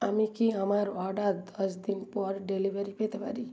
আমি কি আমার অর্ডার দশ দিন পর ডেলিভারি পেতে পারি